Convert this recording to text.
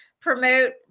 promote